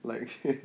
like shane